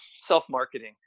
self-marketing